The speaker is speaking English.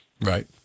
Right